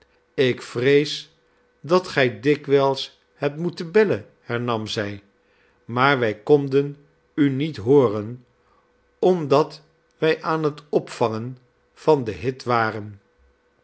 ik vrees dat gij dikwijls hebt inoeten bellen hernam zij maar wij konden u niet hooren omdat wij aan het opvangen van den hit waren